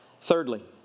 Thirdly